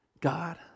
God